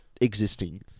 existing